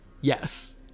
Yes